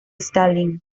stalin